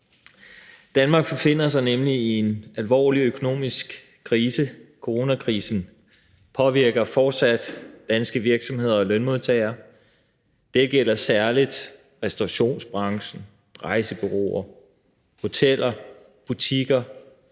Danmark befinder sig nemlig i en alvorlig økonomisk krise. Coronakrisen påvirker fortsat danske virksomheder og lønmodtagere. Det gælder særlig restaurationsbranchen, rejsebureauer, hoteller, butikker,